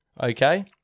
Okay